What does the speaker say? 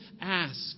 ask